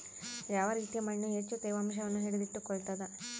ಯಾವ ರೇತಿಯ ಮಣ್ಣು ಹೆಚ್ಚು ತೇವಾಂಶವನ್ನು ಹಿಡಿದಿಟ್ಟುಕೊಳ್ತದ?